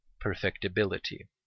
PERFECTIBILITY